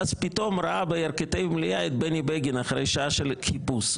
ואז פתאום ראה בירכתי המליאה את בני בגין אחרי שעה של חיפוש.